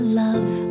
love